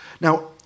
now